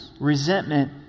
resentment